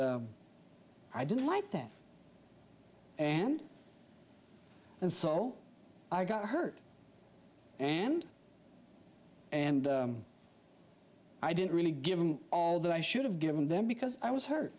i didn't like that and and so i got hurt and and i didn't really give them all that i should have given them because i was hurt